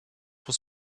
was